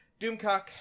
Doomcock